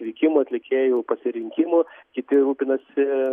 atvykimu atlikėjų pasirinkimu kiti rūpinasi